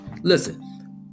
Listen